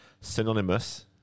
synonymous